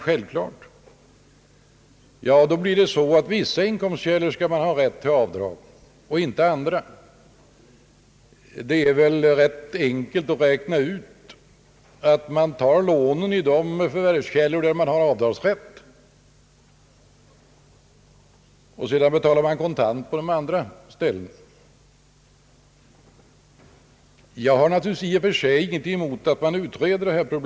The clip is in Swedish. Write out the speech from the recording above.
För vissa inkomstkällor medges alltså avdrag men inte för andra. Det är rätt enkelt att räkna ut att man tar lånen i de förvärvskällor där man har avdragsrätt, medan man betalar kontant på andra ställen. Jag har naturligtvis i och för sig ingenting emot att problemet utreds.